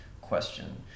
question